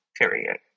period